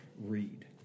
read